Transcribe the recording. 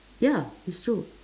ya it's true